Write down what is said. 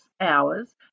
hours